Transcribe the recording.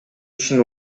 ишин